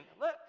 look